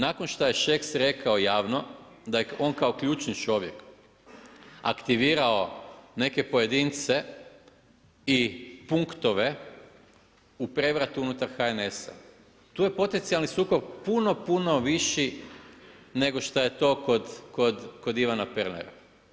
Nakon šta je Šeks rekao javno da je on kao ključni čovjek aktivirao neke pojedince i punktove u prevratu unutar HNS-a, tu je potencijalni sukob puno, puno viši nego šta je to kod Ivana Pernara.